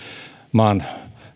maan